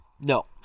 No